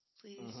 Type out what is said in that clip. please